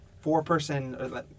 four-person